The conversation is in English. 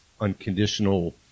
unconditional